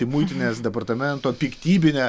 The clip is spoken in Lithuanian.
į muitinės departamento piktybinę